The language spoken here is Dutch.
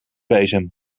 bezem